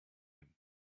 him